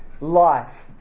life